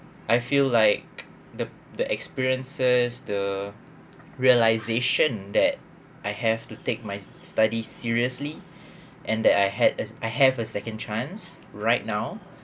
I feel like the the experiences the realisation that I have to take my study seriously and that I had as I have a second chance right now